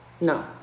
No